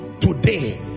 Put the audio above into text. today